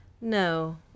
No